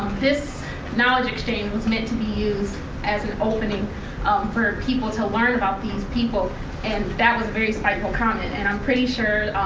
this knowledge exchange was meant to be used as an opening um for people to learn about these people and that was a very spiteful comment. and i'm pretty sure